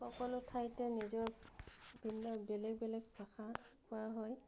সকলো ঠাইতে নিজৰ ভিন্ন বেলেগ বেলেগ ভাষা কোৱা হয়